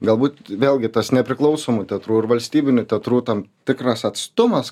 galbūt vėlgi tas nepriklausomų teatrų ir valstybinių teatrų tam tikras atstumas